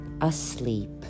asleep